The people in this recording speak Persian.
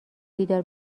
بیدار